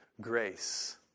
grace